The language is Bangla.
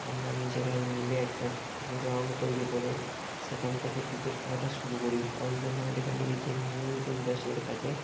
আমরা নিজেরাই মিলে একটা গ্রাউন্ড তৈরি করে সেখান থেকে ক্রিকেট খেলাটা শুরু করি ওই জন্য আমাদের এখান থেকে গেমিং ইন্ডাস্ট্রি যেটা থাকে